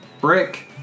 Brick